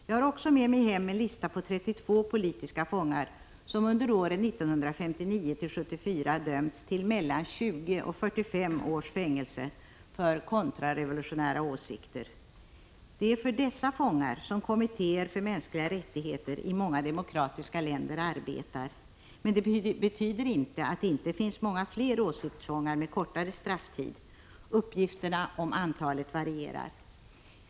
Jag har också med mig hem en lista på 32 politiska fångar, som under åren 1959-1974 dömts till mellan 20 och 45 års fängelse för kontrarevolutionära åsikter. Det är för dessa fångar som kommittéer för mänskliga rättigheter i KX många demokratiska länder arbetar, men det betyder inte att det inte finns många fler åsiktsfångar med kortare strafftid. Uppgifterna om antalet varierar.